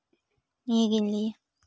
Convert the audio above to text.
ᱱᱤᱭᱟᱹᱜᱮᱧ ᱞᱟᱹᱭᱟ